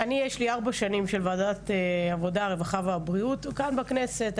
הייתי ארבע שנים חברה בוועדת עבודה רווחה ובריאות בכנסת.